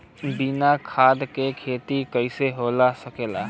बिना खाद के खेती कइसे हो सकेला?